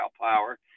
power